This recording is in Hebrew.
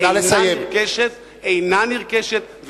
אינה נרכשת,